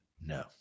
No